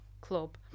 club